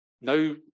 no